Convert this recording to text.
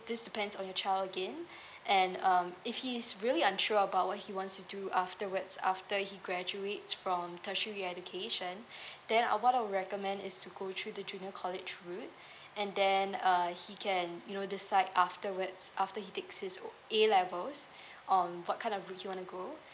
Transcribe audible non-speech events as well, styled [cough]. this depends on your child again and um if he is really unsure about what he wants to do afterwards after he graduates from tertiary education [breath] then uh what I'll recommend is to go through the junior college road and then uh he can you know decide afterwards after he takes his O~ A levels um what kind of road he want to go